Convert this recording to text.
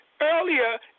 earlier